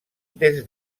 des